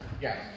Yes